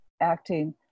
acting